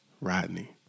Rodney